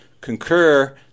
concur